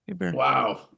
Wow